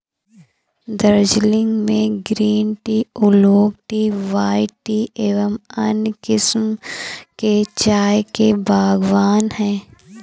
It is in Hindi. दार्जिलिंग में green tea, oolong tea, white tea एवं अन्य किस्म के चाय के बागान हैं